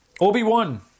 Obi-Wan